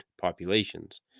populations